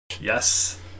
Yes